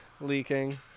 leaking